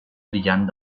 brillant